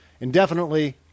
indefinitely